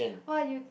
!wah! you